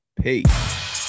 Peace